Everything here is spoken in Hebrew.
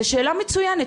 זה שאלה מצוינת,